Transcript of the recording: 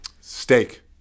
Steak